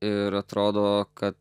ir atrodo kad